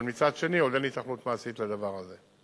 אבל מצד שני עוד אין היתכנות מעשית לדבר הזה.